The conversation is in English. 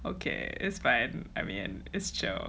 okay is fine I mean is chill